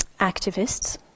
activists